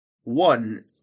One